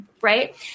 right